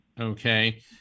Okay